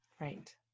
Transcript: Right